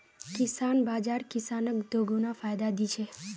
किसान बाज़ार किसानक दोगुना फायदा दी छे